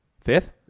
Fifth